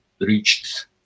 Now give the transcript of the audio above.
reached